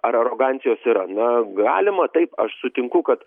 ar arogancijos ir aną galima taip aš sutinku kad